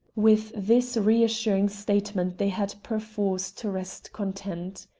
with this reassuring statement they had perforce to rest content.